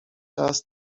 czas